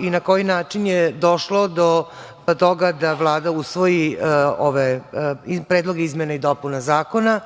i na koji način je došlo do toga da Vlada usvoji ove predloge izmena i dopuna zakona,